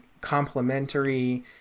complementary